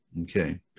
okay